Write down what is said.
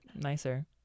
nicer